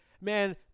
man